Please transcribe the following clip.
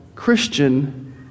Christian